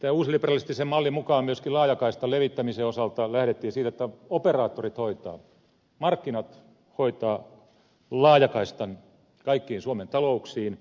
tämän uusliberalistisen mallin mukaan myöskin laajakaistan levittämisen osalta lähdettiin siitä että operaattorit hoitavat markkinat hoitavat laajakaistan kaikkiin suomeen talouksiin